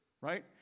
right